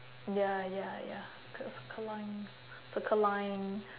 ya ya ya called circle line circle line